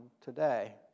today